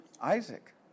Isaac